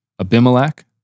Abimelech